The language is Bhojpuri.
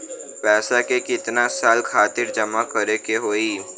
पैसा के कितना साल खातिर जमा करे के होइ?